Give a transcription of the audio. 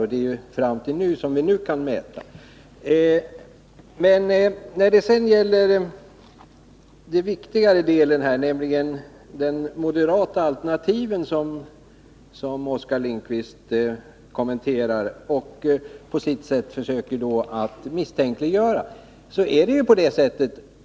Och det är ju fram till nuläget som vi nu kan mäta. När det sedan gäller den viktigare delen, nämligen de moderata alternativen, som Oskar Lindkvist kommenterar och på sitt sätt försöker misstänkliggöra, vill jag säga följande.